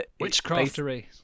Witchcraftery